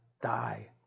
die